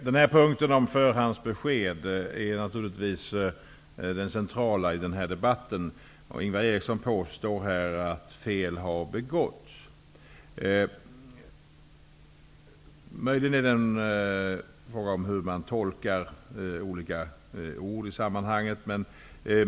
Fru talman! Punkten om förhandsbesked är naturligtvis den centrala i den här debatten. Ingvar Eriksson påstår här att fel har begåtts. Möjligen är det en fråga om hur man tolkar olika ord.